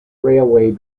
railway